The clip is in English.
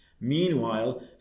Meanwhile